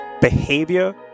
behavior